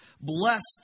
blessed